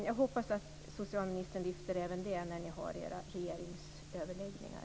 Jag hoppas att socialministern lyfter även den frågan när ni har regeringsöverläggningar.